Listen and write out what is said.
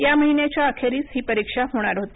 या महिन्याच्या अखेरीस ही परीक्षा होणार होती